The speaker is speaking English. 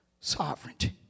sovereignty